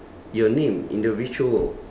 your name in the virtual world